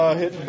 hit